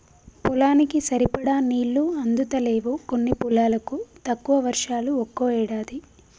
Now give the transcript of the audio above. పొలానికి సరిపడా నీళ్లు అందుతలేవు కొన్ని పొలాలకు, తక్కువ వర్షాలు ఒక్కో ఏడాది